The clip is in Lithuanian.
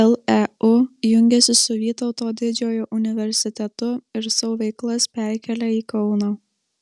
leu jungiasi su vytauto didžiojo universitetu ir savo veiklas perkelia į kauną